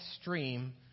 stream